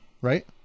right